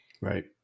Right